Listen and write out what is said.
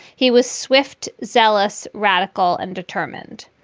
he was swift, zealous, radical and determined.